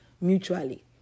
mutually